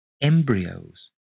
embryos